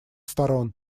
сторон